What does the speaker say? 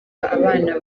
abana